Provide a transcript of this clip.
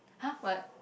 !huh! what